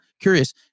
Curious